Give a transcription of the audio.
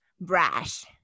brash